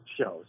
shows